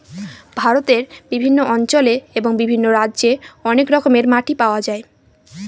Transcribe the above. ভারতের বিভিন্ন অঞ্চলে এবং বিভিন্ন রাজ্যে অনেক রকমের মাটি পাওয়া যায়